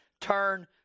turn